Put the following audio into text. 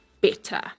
better